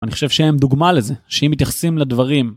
אני חושב שהם דוגמה לזה, שאם מתייחסים לדברים...